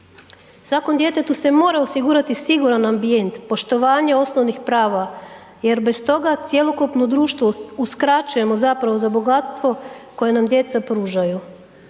Svakom djetetu se mora osigurati siguran ambijent, poštovanje osnovnih prava jer bez toga cjelokupno društvo uskraćujemo zapravo za bogatstvo koja nam djeca pružaju.